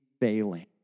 failing